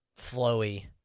flowy